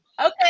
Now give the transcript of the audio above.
Okay